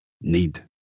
need